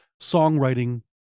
songwriting